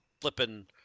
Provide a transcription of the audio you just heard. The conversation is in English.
flipping